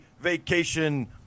Vacation